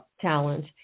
talent